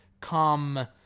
come